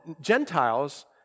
Gentiles